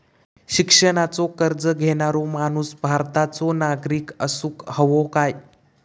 शिक्षणाचो कर्ज घेणारो माणूस भारताचो नागरिक असूक हवो काय?